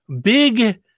big